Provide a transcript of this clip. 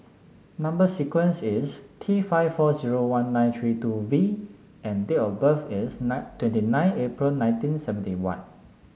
number sequence is T five four zero one nine three two V and date of birth is nine twenty nine April nineteen seventy one